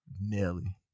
Nelly